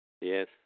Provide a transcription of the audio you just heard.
Yes